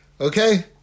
Okay